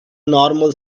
normal